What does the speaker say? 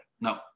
No